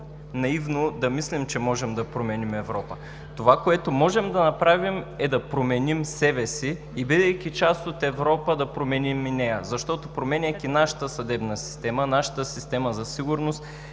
наивно да мислим, че можем да променим Европа. Това, което можем да направим, е да променим себе си и бидейки част от Европа, да променим и нея, защото променяйки нашата съдебна система, нашата система за сигурност,